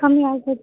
ಕಮ್ಮಿ ಆಗೋದ್